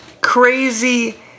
crazy